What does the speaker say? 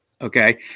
Okay